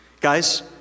Guys